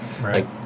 Right